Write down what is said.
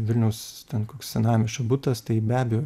vilniaus ten koks senamiesčio butas tai be abejo